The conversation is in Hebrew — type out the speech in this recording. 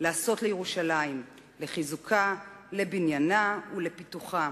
לעשות לירושלים, לחיזוקה, לבניינה ולפיתוחה.